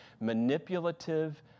manipulative